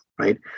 right